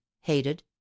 hated